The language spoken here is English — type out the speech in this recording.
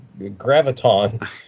Graviton